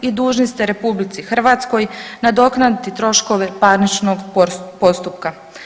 dužni ste RH nadoknaditi troškove parničnog postupka.